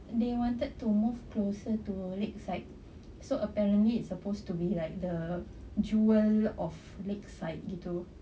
they wanted to move closer to lakeside so apparently it's supposed to be like the jewel of lakeside you know